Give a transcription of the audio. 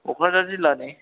क'क्राझार जिल्लानि